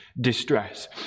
distress